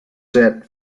sat